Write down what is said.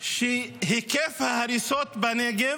שהיקף ההריסות בנגב,